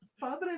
Padre